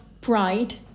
pride